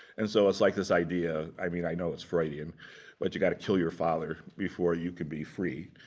and so it's like this idea i mean i know it's friday, um but you got to kill your father before you can be free.